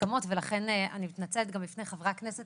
הסכמות ולכן אני מתנצלת גם בפני חברי הכנסת